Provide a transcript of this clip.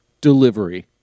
delivery